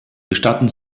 gestatten